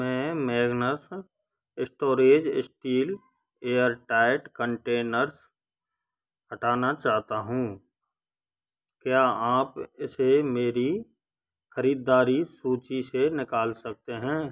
मैं Magnus storage steel airtight containers हटाना चाहता हूँ क्या आप इसे मेरी ख़रीददारी सूची से निकाल सकते हैं